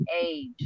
age